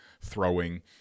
throwing